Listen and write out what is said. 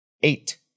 Eight